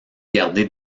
gardé